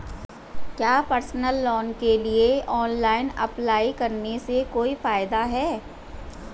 क्या personal loan के लिए ऑनलाइन अप्लाई करने से कोई फायदा है?